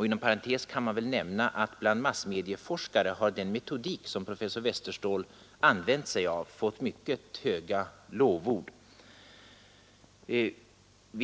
Inom parentes kan jag nämna att den metodik som professor Westerståhl använt sig av har fått mycket goda lovord bland massmedieforskare.